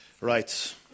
Right